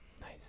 Nice